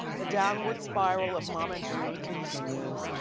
the downward spiral of mama june continues.